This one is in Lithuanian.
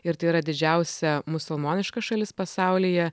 ir tai yra didžiausia musulmoniška šalis pasaulyje